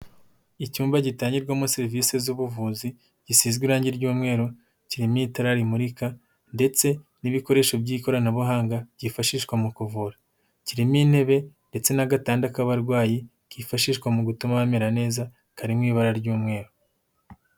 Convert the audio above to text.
Icyumba gitangirwamo serivise z'ubuvuzi, gisizwe irange ry'umweru, kirimo itara rimurika ndetse n'ibikoresho by'ikoranabuhanga byifashishwa mu kuvura, kirimo intebe ndetse na gatanda k'abarwayi, kifashishwa mu gutuma bamera neza, kari mu ibara ry'umweru